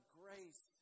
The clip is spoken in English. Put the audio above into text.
grace